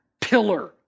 pillar